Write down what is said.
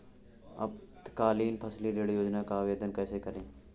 अल्पकालीन फसली ऋण योजना का आवेदन कैसे करें?